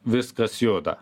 viskas juda